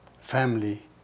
family